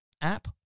app